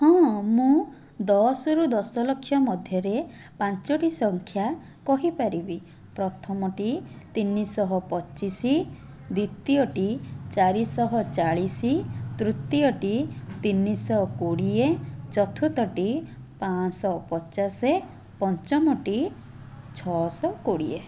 ହଁ ମୁଁ ଦଶରୁ ଦଶଲକ୍ଷ ମଧ୍ୟରେ ପାଞ୍ଚଟି ସଂଖ୍ୟା କହିପାରିବି ପ୍ରଥମଟି ତିନିଶହ ପଚିଶ ଦ୍ୱିତୀୟଟି ଚାରିଶହ ଚାଳିଶ ତୃତୀୟଟି ତିନିଶହ କୋଡ଼ିଏ ଚତୁର୍ଥଟି ପାଞ୍ଚଶହ ପଚାଶ ପଞ୍ଚମଟି ଛଅଶହ କୋଡ଼ିଏ